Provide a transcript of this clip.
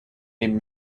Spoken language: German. neben